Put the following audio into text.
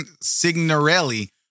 Signorelli